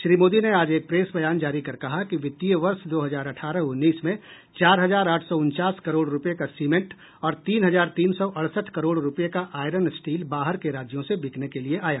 श्री मोदी ने आज एक प्रेस बयान जारी कर कहा कि वित्तीय वर्ष दो हजार अठारह उन्नीस में चार हजार आठ सौ उनचास करोड़ रूपये का सीमेंट और तीन हजार तीन सौ अडसठ करोड़ रूपये का आयरन स्टील बाहर के राज्यों से बिकने के लिए आया